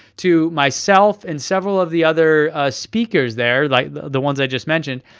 to myself and several of the other speakers there, like the the ones i just mentioned,